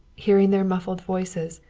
hearing their muffled voices,